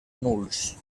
nuls